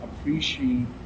appreciate